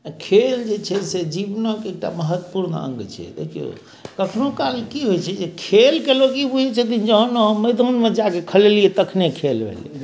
खेल जे छै से जीवनक एकटा महत्वपूर्ण अङ्ग छै देखियौ कखनो काल की होइत छै जे खेलके लोक ई बुझैत छथिन जे जहन हम मैदानमे जाके खेलेबै तखने खेल भेलै